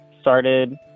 started